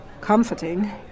Comforting